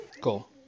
Cool